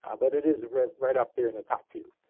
ah but it is right right up there in the top few.